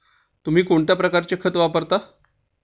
तुम्ही कोणत्या प्रकारचे खत वापरता?